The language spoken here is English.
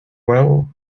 well